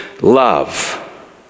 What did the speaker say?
love